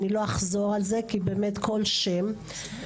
אני לא אחזור על זה כי באמת כל שם חשוב